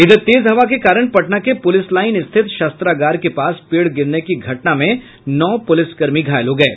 इधर तेज हवा के कारण पटना के पुलिस लाईन स्थित शस्त्रागार के पास पेड़ गिरने की घटना में नौ पुलिसकर्मी घायल हो गये